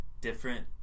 different